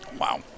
wow